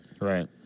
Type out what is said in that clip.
right